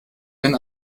wenn